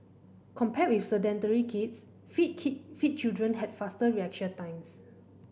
compared with sedentary kids fit keep fit children had faster reaction times